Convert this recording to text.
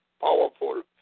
Powerful